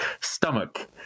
stomach